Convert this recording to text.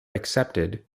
accepted